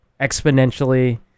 exponentially